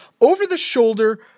over-the-shoulder